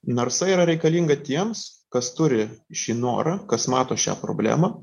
narsa yra reikalinga tiems kas turi šį norą kas mato šią problemą